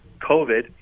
COVID